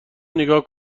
نیگا